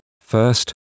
first